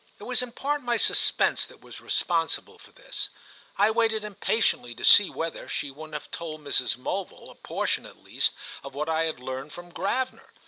it was in part my suspense that was responsible for this i waited impatiently to see whether she wouldn't have told mrs. mulville a portion at least of what i had learned from gravener.